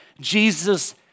Jesus